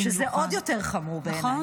זה עוד יותר חמור בעיניי.